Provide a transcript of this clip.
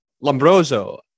Lombroso